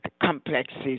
complexes